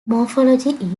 morphology